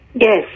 Yes